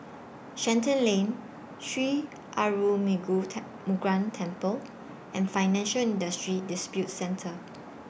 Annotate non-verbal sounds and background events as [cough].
Shenton Lane Sri Arulmigu [unintelligible] Murugan Temple and Financial Industry Disputes Center